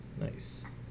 Nice